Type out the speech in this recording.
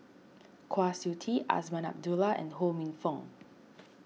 Kwa Siew Tee Azman Abdullah and Ho Minfong